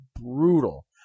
brutal